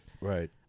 Right